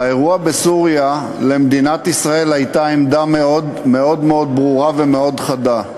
באירוע בסוריה למדינת ישראל הייתה עמדה מאוד מאוד מאוד ברורה ומאוד חדה,